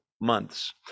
months